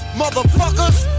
motherfuckers